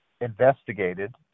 investigated